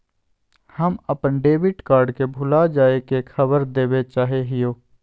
हम अप्पन debit card के भुला जाये के खबर देवे चाहे हियो